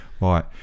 Right